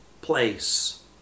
place